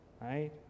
Right